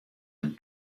der